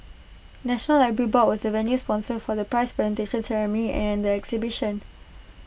National Library board was the venue sponsor for the prize presentation ceremony and the exhibition